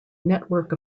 network